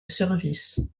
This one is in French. service